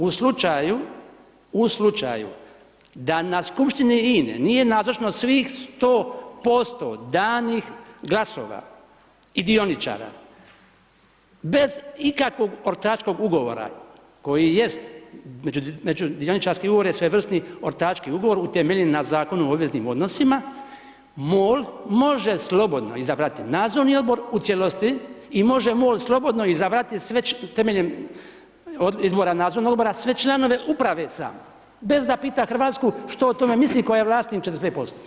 U slučaju, u slučaju da na Skupštini INA-e nije nazočno svih 100% danih glasova i dioničara, bez ikakvog ortačkog ugovora koji jest, međudioničarski ugovor je svojevrsni ortački ugovor utemeljen na Zakonu o obaveznim odnosima, MOL može slobodno izabrati Nadzorni odbor u cijelosti i može MOL slobodno izabrati sve, temeljem ... iz Nadzornog odbora, sve članove Uprave sam, bez da pita Hrvatsku što o tome misli, koja je vlasnik 45%